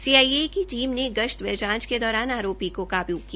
CIA की team ने गश्त व चौकिंग के दौरान आरोपी को काबू किया